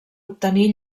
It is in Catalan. obtenir